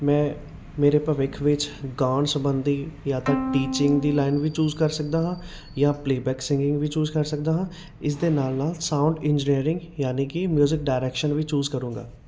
ਮੈਂ ਮੇਰੇ ਭਵਿੱਖ ਵਿੱਚ ਗਾਉਣ ਸਬੰਧੀ ਜਾਂ ਤਾਂ ਟੀਚਿੰਗ ਦੀ ਲਾਈਨ ਵੀ ਚੂਜ ਕਰ ਸਕਦਾ ਹਾਂ ਜਾਂ ਪਲੇਬੈੱਕ ਸਿੰਗਿੰਗ ਵੀ ਚੂਜ਼ ਕਰ ਸਕਦਾ ਹਾਂ ਇਸ ਦੇ ਨਾਲ ਨਾਲ ਸਾਊਡ ਇੰਜਰੀਅਰਿੰਗ ਯਾਨੀ ਕਿ ਮਿਊਜ਼ਿਕ ਡਾਇਰੈਕਸ਼ਨ ਵੀ ਚੂਜ਼ ਕਰੂੰਗਾ